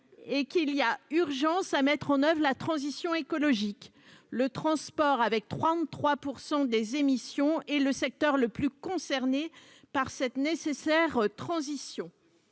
Il y a urgence à mettre en oeuvre la transition écologique. Le transport, avec 33 % des émissions, est le secteur le plus concerné par cette nécessaire transition.